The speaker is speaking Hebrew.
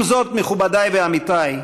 עם זאת, מכובדי ועמיתי,